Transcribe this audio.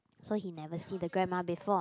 so he never see the grandma before